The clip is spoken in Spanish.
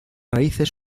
raíces